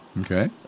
Okay